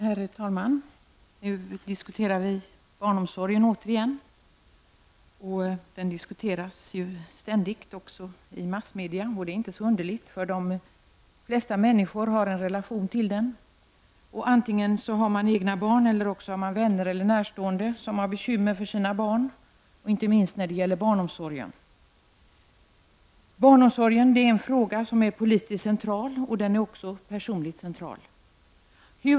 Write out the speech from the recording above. Herr talman! Nu diskuterar vi barnomsorgen igen. Den diskuteras ständigt också i massmedia. Det är ju inte så underligt, för de flesta människor har en relation till den: Antingen har de egna barn eller vänner eller närstående som har bekymmer för sina barn, inte minst när det gäller barnomsorgen. Barnomsorgen är en politiskt central fråga och också en personligt central fråga.